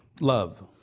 love